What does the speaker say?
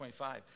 25